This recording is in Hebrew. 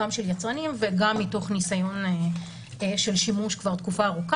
גם של יצרנים וגם מתוך ניסיון של שימוש כבר תקופה ארוכה,